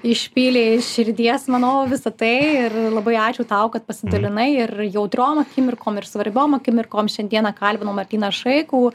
išpylė iš širdies manau visa tai ir labai ačiū tau kad pasidalinai ir jautriom akimirkom ir svarbiom akimirkom šiandieną kalbinau martyną šaikų